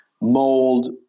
mold